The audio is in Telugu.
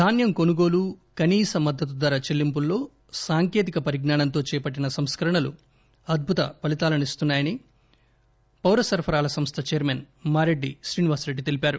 ధాన్యం కొనుగోలు కనీస మద్దతు ధర చెల్లింపుల్లో సాంకేతిక పరిజ్ఞానంతో చేపట్లిన సంస్కరణలు అద్భుత ఫలీతాలనిస్తున్నాయని పౌర సరఫరాల సంస్థ చైర్మెన్ మారెడ్డి శ్రీనివాసరెడ్డి తెలిపారు